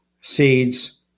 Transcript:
seeds